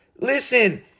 Listen